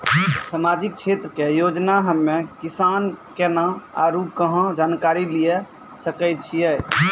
समाजिक क्षेत्र के योजना हम्मे किसान केना आरू कहाँ जानकारी लिये सकय छियै?